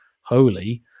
holy